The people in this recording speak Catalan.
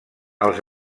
els